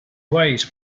ways